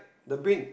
the bin